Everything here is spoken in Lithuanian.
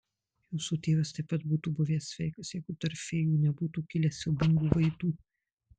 jūsų tėvas taip pat būtų buvęs sveikas jeigu tarp fėjų nebūtų kilę siaubingų vaidų